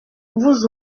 vous